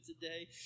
today